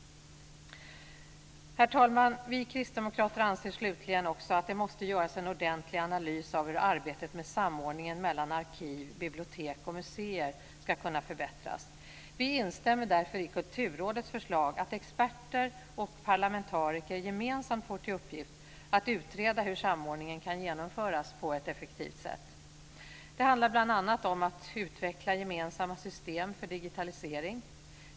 Herr talman! Vi kristdemokrater anser slutligen också att det måste göras en ordentlig analys av hur arbetet med samordningen mellan arkiv, bibliotek och museer ska kunna förbättras. Vi instämmer därför i Kulturrådets förslag att experter och parlamentariker gemensamt får till uppgift att utreda hur samordningen kan genomföras på ett effektivt sätt. Det handlar bl.a. om att utveckla gemensamma system för digitalisering.